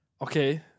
Okay